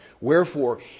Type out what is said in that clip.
Wherefore